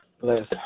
bless